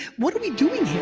what are we doing